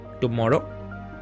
tomorrow